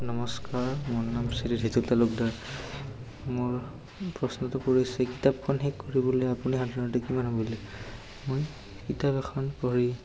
নমস্কাৰ মোৰ নাম শ্ৰী জিতু তালুকদাৰ মোৰ প্ৰশ্নটো কৰিছে কিতাপখন শেষ কৰিবলৈ আপুনি সাধাৰণতে কিমান সময় লাগে মই কিতাপ এখন পঢ়ি